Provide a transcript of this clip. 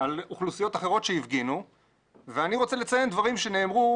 על אוכלוסיות אחרות שהפגינו ואני רוצה לציין דברים שנאמרו